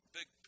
big